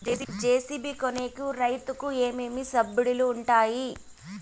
JCB కొనేకి రైతుకు ఏమేమి సబ్సిడి లు వుంటాయి?